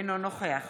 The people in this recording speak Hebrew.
אינו נוכח